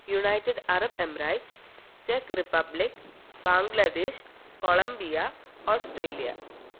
United Arab Emirates ചെക്ക് Republic Bangladesh Colombia Australia